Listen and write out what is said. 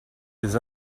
des